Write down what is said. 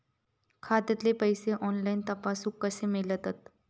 खात्यातले पैसे ऑनलाइन तपासुक कशे मेलतत?